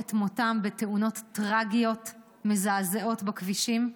את מותם בתאונות טרגיות מזעזעות בכבישים,